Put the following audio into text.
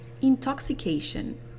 intoxication